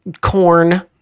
corn